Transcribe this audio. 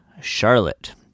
Charlotte